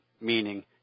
meaning